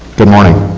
good morning.